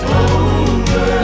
over